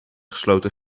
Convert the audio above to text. gesloten